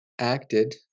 acted